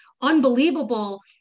unbelievable